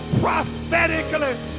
prophetically